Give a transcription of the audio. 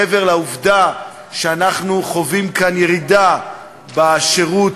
מעבר לעובדה שאנחנו חווים כאן ירידה בשירות